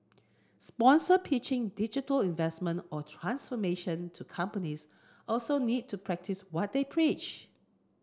sponsor pitching digital investment or transformation to companies also need to practice what they preach